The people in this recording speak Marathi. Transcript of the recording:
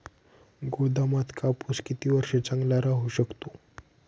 गोदामात कापूस किती वर्ष चांगला राहू शकतो?